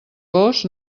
gos